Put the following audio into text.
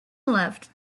left